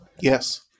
Yes